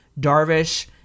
Darvish